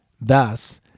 Thus